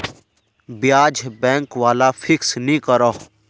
ब्याज़ बैंक वाला फिक्स नि करोह